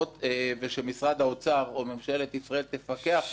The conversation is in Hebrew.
ושמשרד האוצר או שממשלת ישראל תפקח על זה.